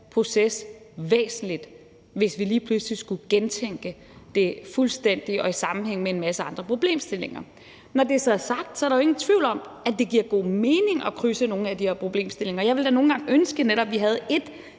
proces væsentligt, hvis vi lige pludselig skulle gentænke det fuldstændig og i sammenhæng med en masse andre problemstillinger. Når det så er sagt, er der jo ingen tvivl om, at det giver god mening at krydse nogle af de her problemstillinger. Jeg ville da nogle gange ønske, at vi netop havde ét